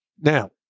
Now